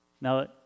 Now